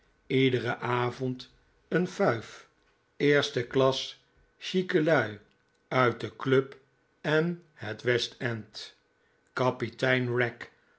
iederen avond een fuif eerste klas chique lui uit de club en het west-end kapitein